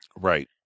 Right